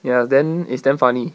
ya then it's damn funny